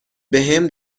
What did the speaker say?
بهم